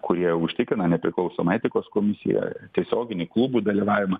kurie užtikrina nepriklausomą etikos komisiją tiesioginį klubų dalyvavimą